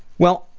well,